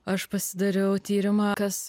aš pasidariau tyrimą kas